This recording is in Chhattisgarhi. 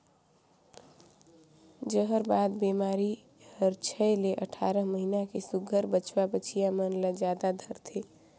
जहरबाद बेमारी हर छै ले अठारह महीना के सुग्घर बछवा बछिया मन ल जादा धरथे